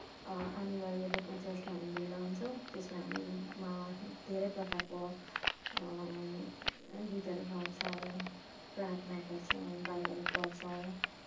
अनिवार्य रूपमा चर्चमा हामी भेला हुन्छौँ त्यसमा हामीमा धेरै प्रकारको गीतहरू गाउँछौँ प्रार्थना गर्छौँ बाइबल पढ्छौँ